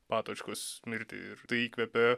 patočkos mirtį ir tai įkvepia